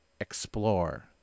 explore